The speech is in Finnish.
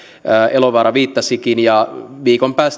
elovaara viittasikin ja viikon päästä